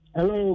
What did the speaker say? Hello